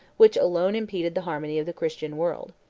which alone impeded the harmony of the christian world.